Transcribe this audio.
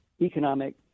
economic